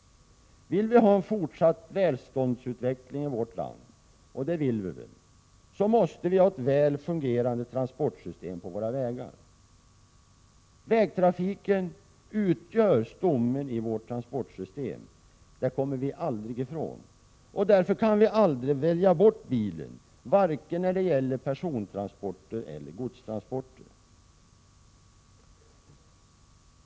Vill vi ha en fortsatt välståndsutveckling i vårt land — och det vill vi väl — måste vi ha ett väl fungerande transportsystem på våra vägar. Vägtrafiken utgör stommen i vårt transportsystem. Det kommer vi aldrig ifrån. Därför kan vi aldrig välja bort bilen, vare sig när det gäller persontransporter eller när det gäller godstransporter.